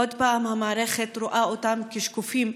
עוד פעם המערכת רואה אותם כשקופים,